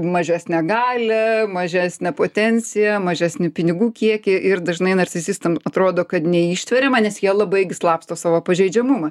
mažesnę galią mažesnę potenciją mažesnį pinigų kiekį ir dažnai narcisistam atrodo kad neištveriama nes jie labai gi slapsto savo pažeidžiamumą